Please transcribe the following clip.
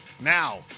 now